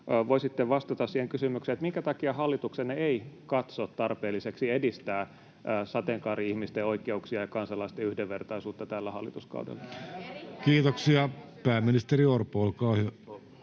voisitte vastata siihen kysymykseen, minkä takia hallituksenne ei katso tarpeelliseksi edistää sateenkaari-ihmisten oikeuksia ja kansalaisten yhdenvertaisuutta tällä hallituskaudella. [Speech 84] Speaker: Jussi Halla-aho